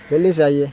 جلدی سے آئیے